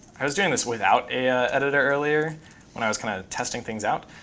i was doing this without a editor earlier when i was kind of testing things out,